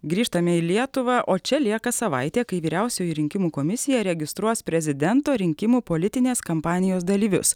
grįžtame į lietuvą o čia lieka savaitė kai vyriausioji rinkimų komisija registruos prezidento rinkimų politinės kampanijos dalyvius